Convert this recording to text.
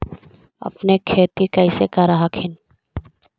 अपने खेती कैसे कर हखिन?